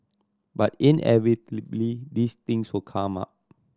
but inevitably these things will come up